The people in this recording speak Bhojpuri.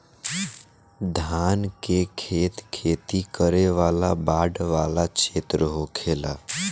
धान के खेत खेती करे वाला बाढ़ वाला क्षेत्र होखेला